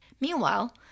Meanwhile